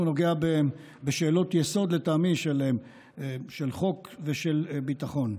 הוא נוגע בשאלות יסוד של חוק ושל ביטחון,